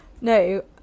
no